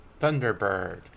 Thunderbird